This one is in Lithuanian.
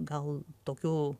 gal tokiu